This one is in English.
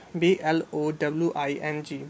blowing